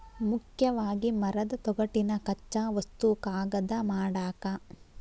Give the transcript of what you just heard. ಮುಖ್ಯವಾಗಿ ಮರದ ತೊಗಟಿನ ಕಚ್ಚಾ ವಸ್ತು ಕಾಗದಾ ಮಾಡಾಕ